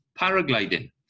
paragliding